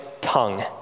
tongue